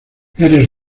eres